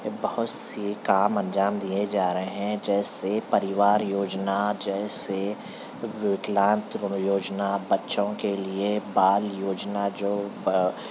بہت سی کام انجام دیے جا رہے ہیں جیسے پریوار یوجنا جیسے وکلانگ ترو یوجنا بچوں کے لیے بال یوجنا جو